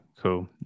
cool